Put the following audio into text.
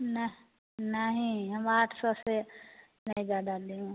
नहीं नहीं हम आठ सौ से नहीं ज़्यादा लेंगे